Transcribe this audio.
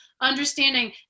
understanding